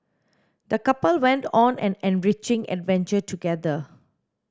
the couple went on an enriching adventure together